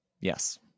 Yes